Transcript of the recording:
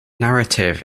narrative